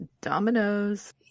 dominoes